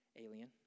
alien